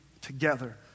together